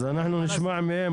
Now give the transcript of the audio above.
אז אנחנו נשמע מהם.